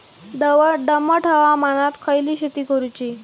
दमट हवामानात खयली शेती करूची?